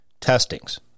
testings